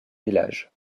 villages